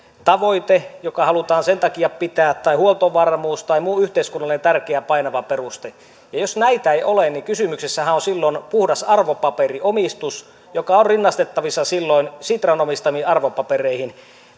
tavoite ja halutaan sen takia pitää tai huoltovarmuus tai muu yhteiskunnallinen tärkeä painava peruste jos näitä ei ole niin kysymyksessähän on silloin puhdas arvopaperiomistus joka on rinnastettavissa sitran omistamiin arvopapereihin